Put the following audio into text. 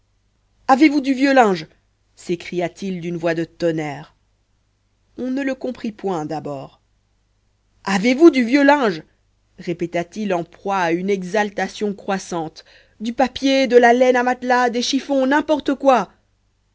avez-vous du vieux linge s'écria-t-il d'une voix de tonnerre on ne le comprit point d'abord avez-vous du vieux linge répéta-t-il en proie à une exaltation croissante du papier de la laine à matelas des chiffons n'importe quoi